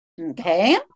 Okay